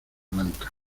blancas